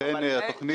התרבות והספורט.